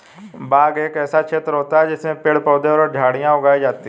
बाग एक ऐसा क्षेत्र होता है जिसमें पेड़ पौधे और झाड़ियां उगाई जाती हैं